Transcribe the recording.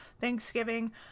thanksgiving